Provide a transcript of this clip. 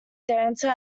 dancer